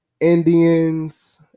indians